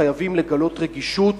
חייבים לגלות רגישות